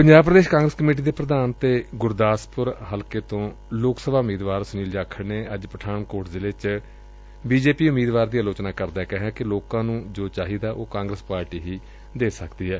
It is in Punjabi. ਪੰਜਾਬ ਪ੍ਰਦੇਸ਼ ਕਾਂਗਰਸ ਕਮੇਟੀ ਦੇ ਪ੍ਰਧਾਨ ਅਤੇ ਗੁਰਦਾਸਪੁਰ ਤੋ ਲੋਕ ਸਭਾ ਉਮੀਦਵਾਰ ਸੁਨੀਲ ਜਾਖੜ ਨੇ ਅੱਜ ਪਠਾਨਕੋਟ ਜ਼ਿਲੇ ਵਿਚ ਬੀਜੇਪੀ ਉਮੀਦਵਾਰ ਦੀ ਆਲੋਚਨਾ ਕਰਦਿਆਂ ਕਿਹਾ ਕਿ ਲੋਕਾਂ ਨੂੰ ਜੋ ਚਾਹੀਦਾ ਉਹ ਕਾਂਗਰਸ ਪਾਰਟੀ ਹੀ ਕਰ ਸਕਦੀ ਏ